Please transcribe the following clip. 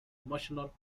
emotional